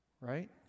right